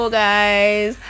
guys